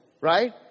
right